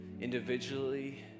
individually